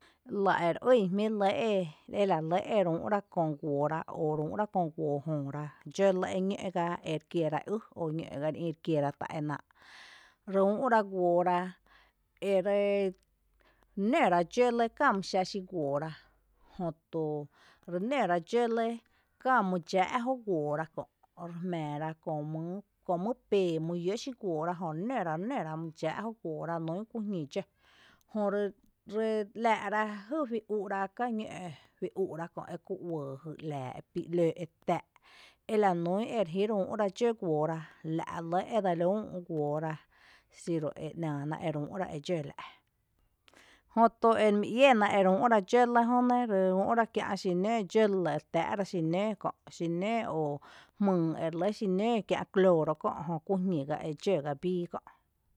Lⱥ ere ýn jmíií’ lɇ ere úu’ra köö guoora o re úu’ra köö guoo jööra dxǿ lɇ ñǿ’ gá ere kiera köö ý o ñǿ’ gá ere ïï’rekiera ta é náa’. Reúu’ra guoora ere nǿ ra dxǿ lɇ kää mý xaa’ xí guoora jötu re nǿ ra dxǿ lɇ kää mý dxáa’ joguoora kö, re jmⱥⱥ ra Kó mý pee mý yǿǿ xí guoora jö re nǿra re nǿra mý dxáa’ jö guoora lanún kú jñi dxǿ, jö ry ‘laa’ra jý jui úu’ra ka ñǿ’ juú úu’ra kö eku uɇɇ jy ‘laa e pi lǿǿ’ tⱥⱥ’ ela nún eri jíreúu’ra dxǿ guoora, la’ re lɇ e ‘nⱥ’ li üü’ guoora xiru e ‘naana ere úu’ra e dxǿ la’, jötu ere mi iéna ere úu’ra dxǿ lɇ jönɇ ry úu’ra kiä’ xinǿǿ dxǿ lɇ re t ⱥⱥ’ ra xinǿǿ, xinǿǿ oo jmyy ere lɇ xi xinǿǿ kiä’ clooro kö’ jö kú jñi e dxǿ gá bii kö’